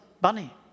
bunny